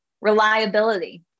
Reliability